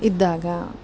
ಇದ್ದಾಗ